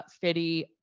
fitty